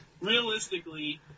Realistically